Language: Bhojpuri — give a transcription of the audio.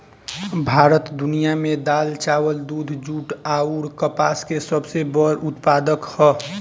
भारत दुनिया में दाल चावल दूध जूट आउर कपास के सबसे बड़ उत्पादक ह